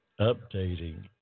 updating